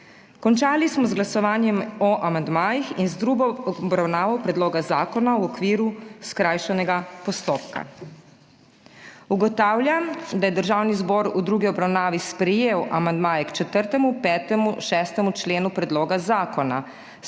Končali smo z glasovanjem o amandmajih in z drugo obravnavo predloga zakona v okviru skrajšanega postopka. Ugotavljam, da je Državni zbor v drugi obravnavi sprejel amandmaje k 4., 5. in 6. členu predloga zakona.